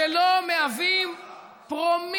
אתה לא מתבייש לדבר ככה?